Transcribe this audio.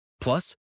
Plus